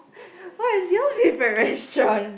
what is your favorite restaurant